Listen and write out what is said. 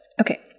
okay